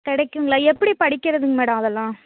கிடைக்குங்களா எப்படி படிக்கிறதுங்க மேடோம் அதல்லாம்